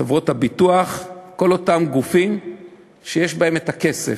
חברות הביטוח, כל אותם גופים שיש בהם הכסף.